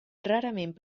rarament